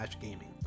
gaming